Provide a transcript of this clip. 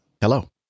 hello